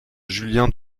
julien